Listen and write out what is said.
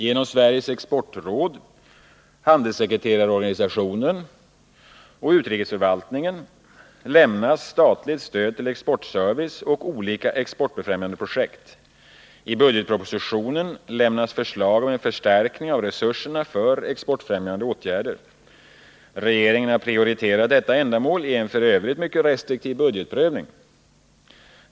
Genom Sveriges exportråd, handelssekreterarorganisationen och utrikesförvaltningen lämnas statligt stöd till exportservice och olika exportfrämjande projekt. I budgetpropositionen lämnas förslag om en förstärkning av resurserna för exportfrämjande åtgärder. Regeringen har prioriterat detta ändamål i en i övrigt mycket restriktiv budgetprövning.